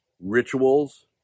rituals